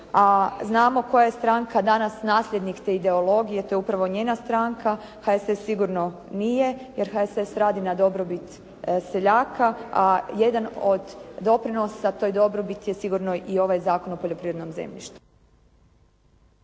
danas koja je stranka nasljednik te ideologije. To je upravo njena stranka, HSS sigurno nije, jer HSS radi na dobrobit seljaka. A jedna od doprinosa toj dobrobiti je i ovaj Zakon o poljoprivrednom zemljištu.